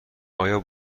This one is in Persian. آیا